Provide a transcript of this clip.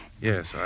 Yes